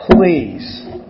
please